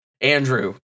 Andrew